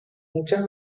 muchas